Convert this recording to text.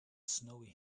snowy